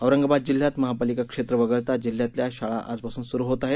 औरंगाबाद जिल्ह्यात महापालिका क्षेत्र वगळता जिल्ह्यातल्या शाळा आजपासून सुरू होत आहेत